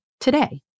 today